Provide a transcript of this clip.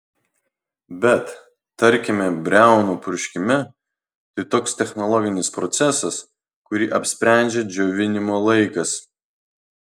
bet tarkime briaunų purškime tai toks technologinis procesas kurį apsprendžia džiovinimo laikas